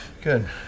Good